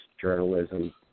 journalism